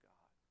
God